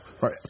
Right